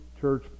church